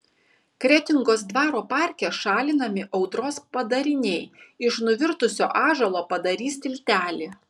kretingos dvaro parke šalinami audros padariniai iš nuvirtusio ąžuolo padarys tiltelį